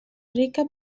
rica